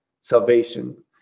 salvation